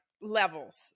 levels